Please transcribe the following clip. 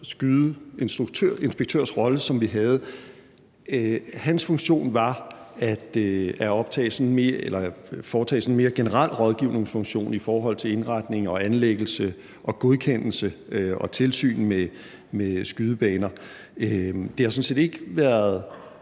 skydeinspektørs rolle, som vi havde, at hans funktion var at foretage sådan en mere generel rådgivningsfunktion i forhold til indretning og anlæggelse og godkendelse og tilsyn med skydebaner. Det har sådan set ikke været